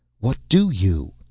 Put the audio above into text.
what do you?